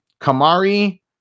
Kamari